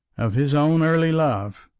of his own early love,